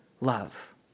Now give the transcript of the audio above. love